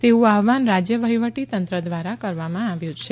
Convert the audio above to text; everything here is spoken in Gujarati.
તેવું આહવાન રાજ્ય વહીવટી તંત્ર દ્વારા કરવામાં આવ્યું છે